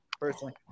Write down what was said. personally